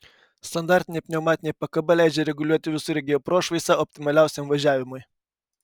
standartinė pneumatinė pakaba leidžia reguliuoti visureigio prošvaisą optimaliausiam važiavimui